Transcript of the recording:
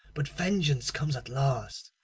but vengeance comes at last,